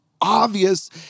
obvious